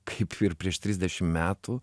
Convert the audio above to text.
kaip ir prieš trisdešim metų